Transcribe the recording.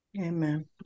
Amen